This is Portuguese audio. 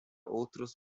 outros